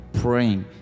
praying